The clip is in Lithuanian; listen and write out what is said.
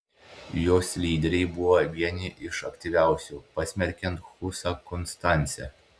jos lyderiai buvo vieni iš aktyviausių pasmerkiant husą konstance